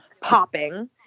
popping